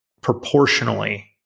proportionally